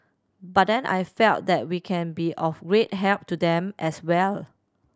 but then I felt that we can be of great help to them as well